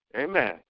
Amen